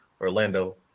Orlando